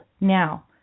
Now